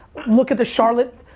look at the charlotte